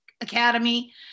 academy